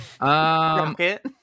Rocket